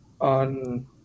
on